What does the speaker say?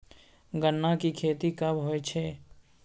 गन्ना की खेती कब होय छै?